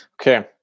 okay